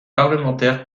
parlementaires